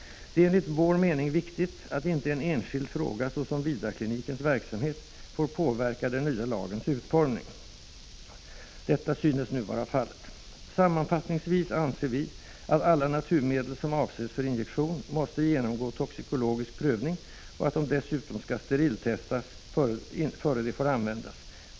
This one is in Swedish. Det är enligt vår mening viktigt att inte en enskild fråga såsom Vidarklinikens verksamhet, får påverka den nya lagens utformning. Detta synes nu vara fallet. Sammanfattningsvis anser vi att alla naturmedel som avses för injektion måste genomgå toxikologisk prövning och att de dessutom skall steriltestas före de får användas.